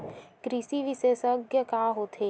कृषि विशेषज्ञ का होथे?